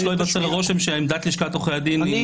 רק שלא ייווצר הרושם שעמדת לשכת עורכי הדין --- אני